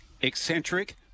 eccentric